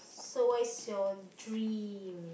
so what's your dream